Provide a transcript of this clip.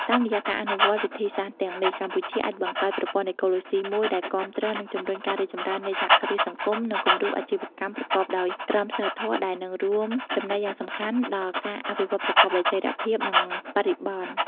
តាមរយៈការអនុវត្តវិធីសាស្រ្តទាំងនេះ កម្ពុជាអាចបង្កើតប្រព័ន្ធអេកូឡូស៊ីមួយដែលគាំទ្រ និងជំរុញការរីកចម្រើននៃសហគ្រាសសង្គម និងគំរូអាជីវកម្មប្រកបដោយក្រមសីលធម៌ ដែលនឹងរួមចំណែកយ៉ាងសំខាន់ដល់ការអភិវឌ្ឍប្រកបដោយចីរភាព និងបរិយាបន្ន។